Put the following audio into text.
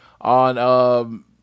on –